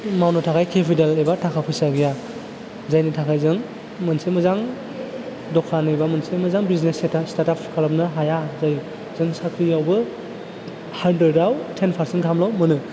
मावनो थाखाय केपिटेल एबा टाखा पैसा गैया जायनि थाखाय जों मोनसे मोजां दखान एबा मोनसे मोजां बिजिनेस सेथा सेथाब खालामनो हाया जायो जों साख्रियावबो हानड्रेदआव टेन फारसेन गाहामल' मोनो